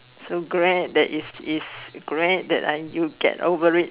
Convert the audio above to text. so glad that is is glad that you get over it